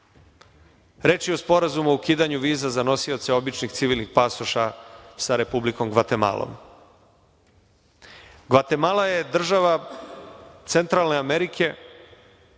Reč je o sporazumu o ukidanju viza za nosioce običnih civilnih pasoša sa Republikom Gvatemalom. Gvatemala je država Centralne Amerike,